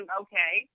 okay